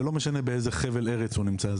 ולא משנה באיזה חבל ארץ הוא נמצא,